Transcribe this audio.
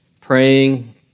praying